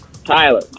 Tyler